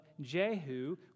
Jehu